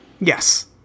Yes